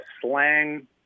slang